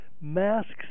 masks